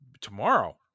Tomorrow